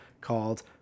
called